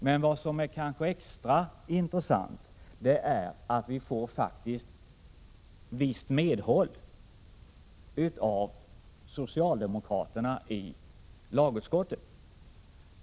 Men det som kanske är extra intressant är att vi faktiskt får ett visst medhåll av socialdemokraterna i lagutskottet.